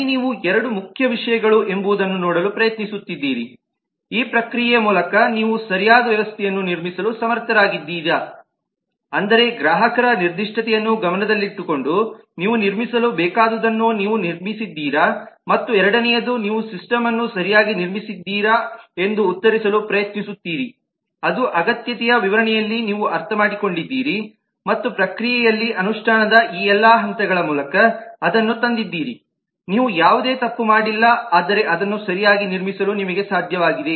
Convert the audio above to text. ಅಲ್ಲಿ ನೀವು 2 ಮುಖ್ಯ ವಿಷಯಗಳು ಎಂಬುದನ್ನು ನೋಡಲು ಪ್ರಯತ್ನಿಸುತ್ತಿದ್ದೀರಿ ಈ ಪ್ರಕ್ರಿಯೆಯ ಮೂಲಕ ನೀವು ಸರಿಯಾದ ವ್ಯವಸ್ಥೆಯನ್ನು ನಿರ್ಮಿಸಲು ಸಮರ್ಥರಾಗಿದ್ದೀರಾ ಅಂದರೆ ಗ್ರಾಹಕರ ನಿರ್ದಿಷ್ಟತೆಯನ್ನು ಗಮನದಲ್ಲಿಟ್ಟುಕೊಂಡು ನೀವು ನಿರ್ಮಿಸಲು ಬೇಕಾದುದನ್ನು ನೀವು ನಿರ್ಮಿಸಿದ್ದೀರಾ ಮತ್ತು ಎರಡನೆಯದು ನೀವು ಸಿಸ್ಟಮನ್ನು ಸರಿಯಾಗಿ ನಿರ್ಮಿಸಿದ್ದೀರಾ ಎಂದು ಉತ್ತರಿಸಲು ಪ್ರಯತ್ನಿಸುತ್ತೀರಿ ಅದು ಅಗತ್ಯತೆಯ ವಿವರಣೆಯಲ್ಲಿ ನೀವು ಅರ್ಥಮಾಡಿಕೊಂಡಿದ್ದೀರಿ ಮತ್ತು ಪ್ರಕ್ರಿಯೆಯಲ್ಲಿ ಅನುಷ್ಠಾನದ ಈ ಎಲ್ಲಾ ಹಂತಗಳ ಮೂಲಕ ಅದನ್ನು ತಂದಿದ್ದೀರಿನೀವು ಯಾವುದೇ ತಪ್ಪು ಮಾಡಿಲ್ಲ ಆದರೆ ಅದನ್ನು ಸರಿಯಾಗಿ ನಿರ್ಮಿಸಲು ನಿಮಗೆ ಸಾಧ್ಯವಾಗಿದೆ